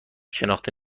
شناخته